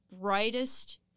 brightest